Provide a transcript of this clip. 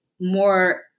more